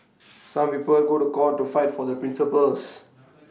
some people go to court to fight for the principles